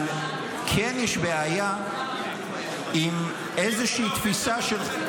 אבל כן יש בעיה עם איזה תפיסה --- חנוך,